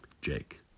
Jake